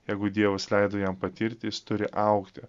jeigu dievas leido jam patirti jis turi augti